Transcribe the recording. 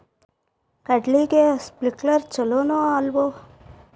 ಕಡ್ಲಿಗೆ ಸ್ಪ್ರಿಂಕ್ಲರ್ ಛಲೋನೋ ಅಲ್ವೋ?